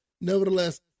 nevertheless